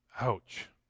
Ouch